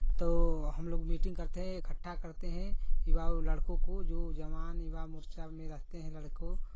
तो हमलोग मीटिंग करते हैं इकट्ठा करते हैं युवाओं लड़को को जो जवान युवा मोर्चा में रहते हैं लड़कों